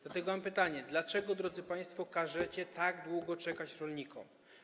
Dlatego mam pytanie: Dlaczego, drodzy państwo, każecie tak długo czekać rolnikom?